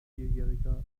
vierjähriger